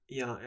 ja